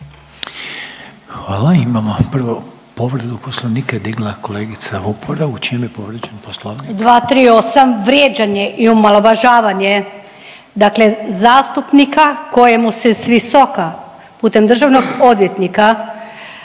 Hvala. Imamo prvo povredu poslovnika je digla kolegica Vupora. U čem je povrijeđen poslovnik?